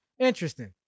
Interesting